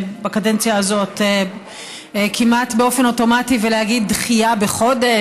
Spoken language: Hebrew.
בקדנציה הזאת כמעט באופן אוטומטי ולהגיד "דחייה בחודש",